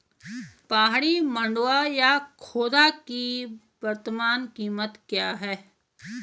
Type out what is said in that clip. पहाड़ी मंडुवा या खोदा की वर्तमान कीमत क्या है?